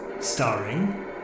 Starring